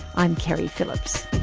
i'm keri phillips